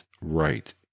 right